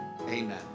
Amen